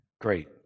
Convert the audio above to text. Great